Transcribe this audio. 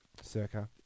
Circa